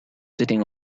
sitting